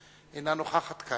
נוכחת כאן.